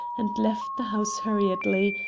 and left the house hurriedly,